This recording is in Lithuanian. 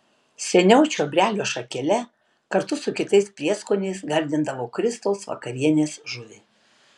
seniau čiobrelio šakele kartu su kitais prieskoniais gardindavo kristaus vakarienės žuvį